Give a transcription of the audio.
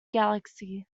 galaxy